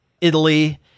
Italy